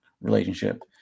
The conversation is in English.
relationship